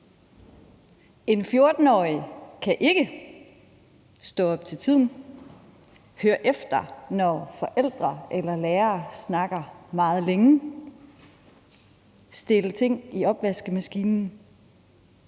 En 14-årig kan ikke stå op til tiden, høre efter, når forældre eller lærere snakker meget længe, stille ting i opvaskemaskinen,